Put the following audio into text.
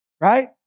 right